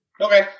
Okay